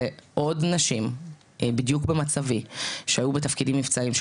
זה עוד נשים בדיוק במצבי שהיו בתפקידים מבצעיים,